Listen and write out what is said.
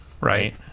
right